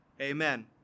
Amen